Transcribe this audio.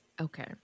Okay